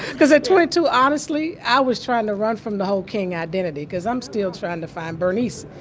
because at twenty two, honestly, i was trying to run from the whole king identity because i'm still trying to find bernice.